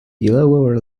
illawarra